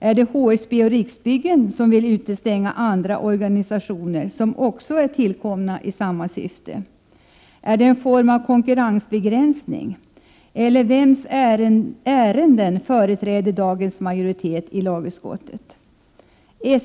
Är det HSB och Riksbyggen som vill utestänga andra organisationer som är tillkomna i samma syfte? Är det en form av konkurrensbegränsning? Eller vems ärenden företräder dagens majoritet i lagutskottet?